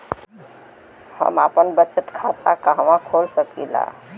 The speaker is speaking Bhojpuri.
हम आपन बचत खाता कहा खोल सकीला?